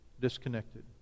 disconnected